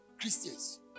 Christians